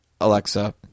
Alexa